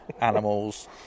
animals